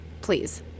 Please